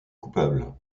coupable